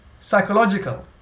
psychological